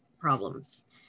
problems